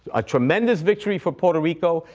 a tremendous victory for puerto rico.